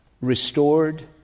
Restored